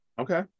Okay